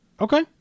okay